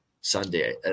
sunday